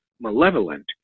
malevolent